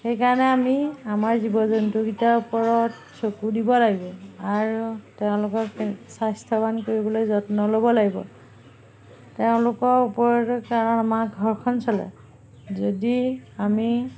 সেইকাৰণে আমি আমাৰ জীৱ জন্তুকিটাৰ ওপৰত চকু দিব লাগিব আৰু তেওঁলোকক স্বাস্থ্যৱান কৰিবলৈ যত্ন ল'ব লাগিব তেওঁলোকৰ ওপৰতে কাৰণ আমাৰ ঘৰখন চলে যদি আমি